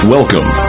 Welcome